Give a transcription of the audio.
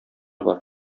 бар